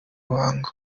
ruhango